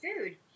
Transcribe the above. food